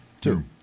Two